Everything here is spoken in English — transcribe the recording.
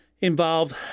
involved